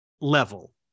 level